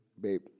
babe